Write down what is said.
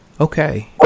Okay